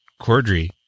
Cordry